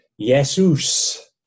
Jesus